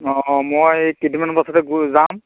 অঁ মই কেইদমান পাছতে গ যাম